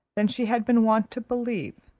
than she had been wont to believe,